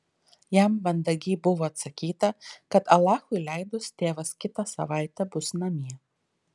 jam mandagiai buvo atsakyta kad alachui leidus tėvas kitą savaitę bus namie